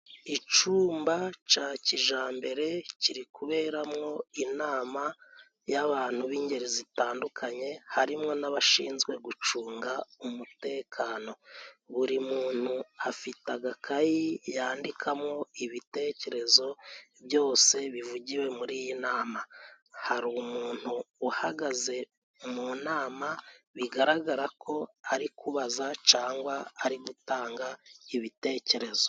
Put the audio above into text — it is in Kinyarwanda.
Icumba ca kijambere kiri kuberamwo inama y'abantu b'ingeri zitandukanye, harimwo n'abashinzwe gucunga umutekano. Buri muntu afite agakayi yandikamo ibitekerezo byose bivugiwe muri iyi nama. Hari umuntu uhagaze mu nama bigaragara ko ari kubaza cangwa ari gutanga ibitekerezo.